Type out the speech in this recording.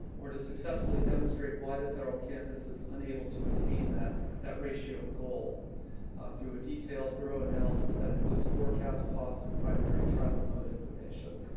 or to successfully demonstrate why the federal campus is unable to attain that that ratio goal through a detailed thorough analysis that includes forecast costs and primary travel mode information.